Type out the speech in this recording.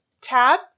tab